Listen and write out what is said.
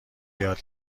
یاد